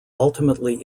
ultimately